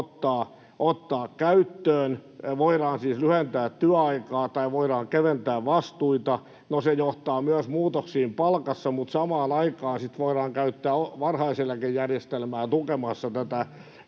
ottaa käyttöön. Voidaan siis lyhentää työaikaa tai voidaan keventää vastuita. No, se johtaa myös muutoksiin palkassa, mutta samaan aikaan sitten voidaan käyttää varhaiseläkejärjestelmää tukemassa tätä